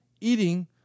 eating